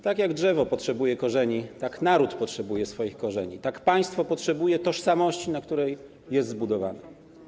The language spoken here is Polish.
Tak jak drzewo potrzebuje korzeni, tak naród potrzebuje swoich korzeni, tak państwo potrzebuje tożsamości, na której jest zbudowane.